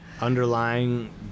underlying